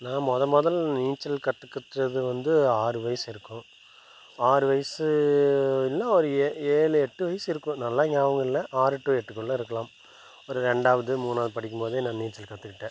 நான் முத முதல்ல நீச்சல் கற்றுக்கிட்றது வந்து ஆறு வயசு இருக்கும் ஆறு வயசுன்னா ஒரு ஏ ஏழு எட்டு வயசு இருக்கும் நல்லா ஞாபகம் இல்லை ஆறு டு எட்டுக்குள்ள இருக்கலாம் ஒரு ரெண்டாவது மூணாவது படிக்கும் போதே நான் நீச்சல் கற்றுக்கிட்டேன்